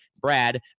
Brad